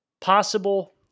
Possible